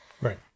right